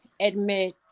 admit